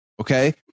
okay